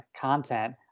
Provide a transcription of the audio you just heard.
content